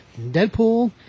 Deadpool